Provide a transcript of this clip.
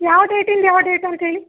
ಯಾವ ಡೇಟಿಂದ ಯಾವ ಡೇಟ್ ಅಂತ ಹೇಳಿ